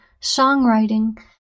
songwriting